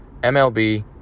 MLB